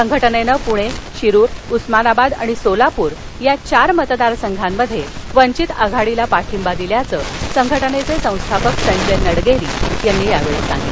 संघटनपुण शिरुर उस्मानाबाद सोलापूर या चार मतदार संघांमध्यविचित आघाडीला पाठिंबा दिल्याचं संघटनघ्रसिस्थापक संजय नडगरीयांनी सांगितलं